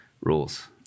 Rules